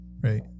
right